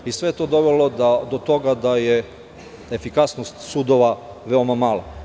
Sve je to dovelo do toga da je efikasnost sudova veoma mala.